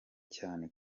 cyane